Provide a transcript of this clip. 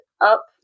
up